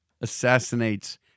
assassinates